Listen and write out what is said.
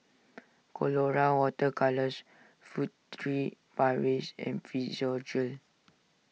Colora Water Colours Furtere Paris and Physiogel